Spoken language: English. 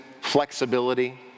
flexibility